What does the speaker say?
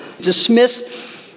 dismissed